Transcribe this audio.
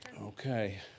Okay